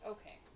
Okay